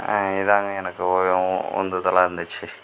இதுதாங்க எனக்கு ஓவியம் உந்துதலாக இருந்துச்சு